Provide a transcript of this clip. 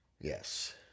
Yes